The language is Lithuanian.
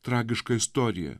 tragiška istorija